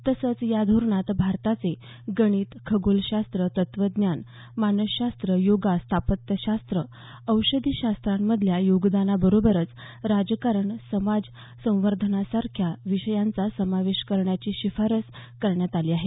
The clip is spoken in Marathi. तसंच या धोरणात भारताचे गणित खगोलशास्र तत्वज्ञान मानसशास्त्र योगा स्थापत्यशास्र औषधीशास्रामधल्या योगदानाबरोबरच सुशासन राजकारण समाज संवर्धनसारख्या विषयांचा समावेश करण्याची शिफारस करण्यात आली आहे